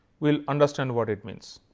will understand what it means.